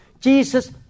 Jesus